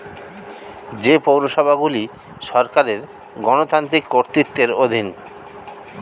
যে পৌরসভাগুলি সরকারের গণতান্ত্রিক কর্তৃত্বের অধীন